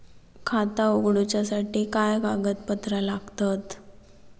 खाता उगडूच्यासाठी काय कागदपत्रा लागतत?